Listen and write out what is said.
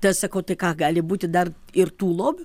tai aš sakau tai ką gali būti dar ir tų lobių